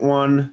one